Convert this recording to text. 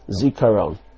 Zikaron